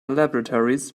laboratories